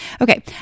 Okay